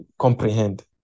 comprehend